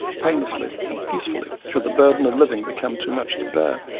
painlessly and peacefully should the burden of living become too much to bear,